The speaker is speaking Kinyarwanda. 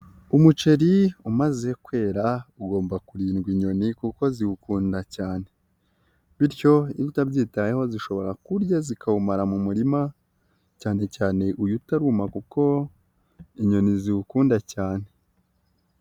Umuceri umaze kwera ugomba kurindwa inyoni kuko ziwukunda cyane, bityo iyo utabyitayeho zishobora kuwurya zikawumara mu murima cyanecyane uyu utaruma kuko inyoni ziwukunda cyane.